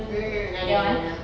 mm I know I know I know